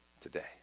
today